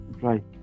Right